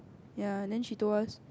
ye then she told us